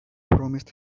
promised